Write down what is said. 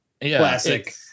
classic